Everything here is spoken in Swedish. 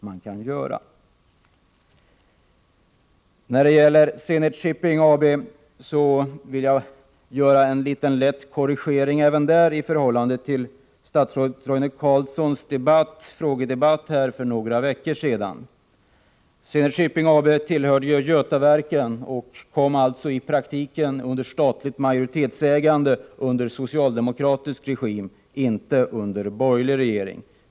Även när det gäller Zenit Shipping AB vill jag göra en liten lätt korrigering i förhållande till statsrådet Roine Carlssons uttalanden i en frågedebatt för några veckor sedan. Zenit Shipping AB tillhörde Götaverken och kom i praktiken under statligt majoritetsägande när vi hade socialdemokratisk regim, inte under en borgerlig regering.